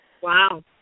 Wow